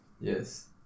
Yes